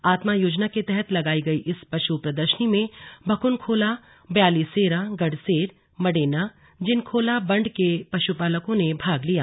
आत्मा योजना के तहत लगाई गई इस पशु प्रदर्शनी में भकुनखोला बयालीसेरा गडसेर मटेना जिनखोला बंड के पशुपालकों ने भाग लिया